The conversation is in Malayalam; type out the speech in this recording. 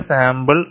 ചില സാമ്പിൾ